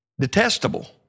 detestable